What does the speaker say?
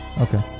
Okay